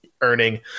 earning